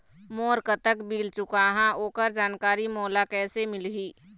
मोर कतक बिल चुकाहां ओकर जानकारी मोला कैसे मिलही?